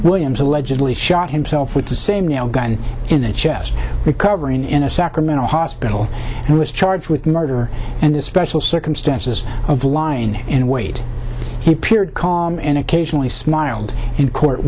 williams allegedly shot himself with the same nail gun in the chest recovering in a sacramento hospital and was charged with murder and in special circumstances of line and wait he appeared calm and occasionally smiled in court